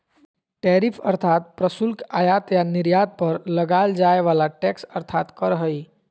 tariff अर्थात् प्रशुल्क आयात या निर्यात पर लगाल जाय वला टैक्स अर्थात् कर हइ